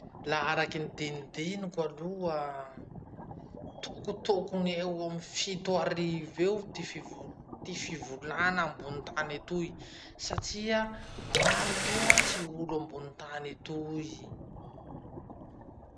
Laha araky ny dinidiniko aloha tokotokony eo amy fito arivo ty fivo- ty fivolana ambony tany etoy satria maro loatsy olo ambony tany etoy.